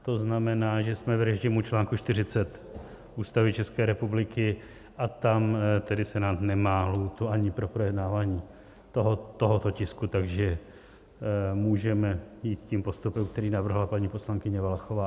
To znamená, že jsme v režimu článku 40 Ústavy České republiky a tam Senát nemá lhůtu ani pro projednávání tohoto tisku, takže můžeme jít tím postupem, který navrhla paní poslankyně Valachová.